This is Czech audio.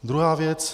Druhá věc.